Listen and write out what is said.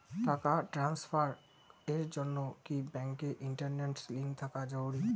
টাকা ট্রানস্ফারস এর জন্য কি ব্যাংকে ইন্টারনেট লিংঙ্ক থাকা জরুরি?